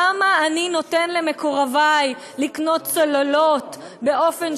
למה אני נותן למקורבי לקנות צוללות באופן